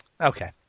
Okay